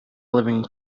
living